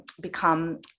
become